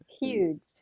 Huge